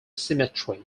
cemetery